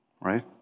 right